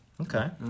Okay